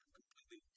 completely